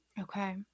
Okay